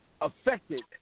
affected